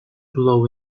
below